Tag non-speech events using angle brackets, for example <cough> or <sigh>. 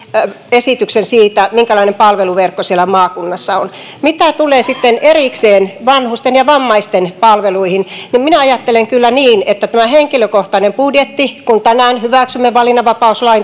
esityksen siitä minkälainen palveluverkko siellä maakunnassa on mitä tulee sitten erikseen vanhusten ja vammaisten palveluihin niin minä ajattelen kyllä niin että myös tämä henkilökohtainen budjetti tänään hyväksyimme valinnanvapaus lain <unintelligible>